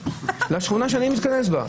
כשהיא מגיעה לשכונה שאני מתכנס בה,